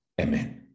Amen